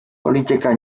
polityka